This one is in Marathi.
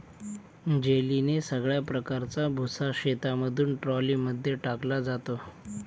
जेलीने सगळ्या प्रकारचा भुसा शेतामधून ट्रॉली मध्ये टाकला जातो